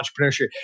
entrepreneurship